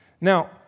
Now